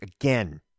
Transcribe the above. again